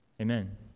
Amen